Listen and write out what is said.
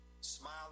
Smile